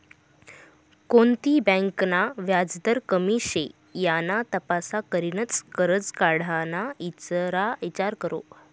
कोणती बँक ना व्याजदर कमी शे याना तपास करीनच करजं काढाना ईचार करो